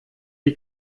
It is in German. wie